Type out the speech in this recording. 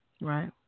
Right